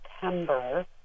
September